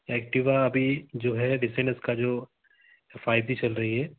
Activa अभी जो है रीसेल इसका जो किफ़ायती चल रही है